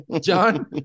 John